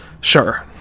sure